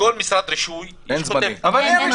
לכל משרד רישוי -- אבל אין זמני.